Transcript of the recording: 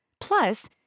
Plus